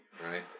right